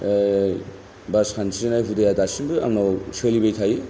बा सानस्रिनाय हुदाया दासिमबो आंनाव सोलिबाय थायो